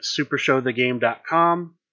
Supershowthegame.com